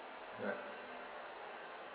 ya